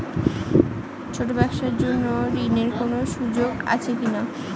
ছোট ব্যবসার জন্য ঋণ এর কোন সুযোগ আছে কি না?